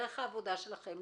דרך העבודה שלכם,